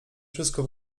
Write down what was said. wszystko